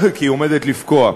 כי היא עומדת לפקוע,